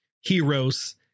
heroes